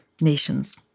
nations